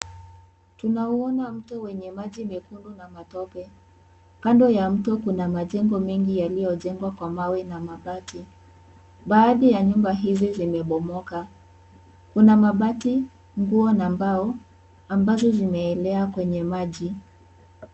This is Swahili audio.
Tunauona mto yenye maji mekundu na matope . Kando ya mto kuna majengo mengi yaliyojengwa kwa mawe na mabati. Baadhi ya nyumba hizo zimebomoka. Kuna mabati, nguo na mbao ambazo zimeelea kwenye maji.